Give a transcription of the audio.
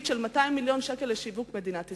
של 200 מיליון שקל לשיווק מדינת ישראל.